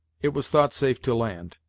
it was thought safe to land.